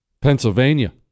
Pennsylvania